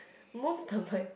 move the mic